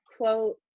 quote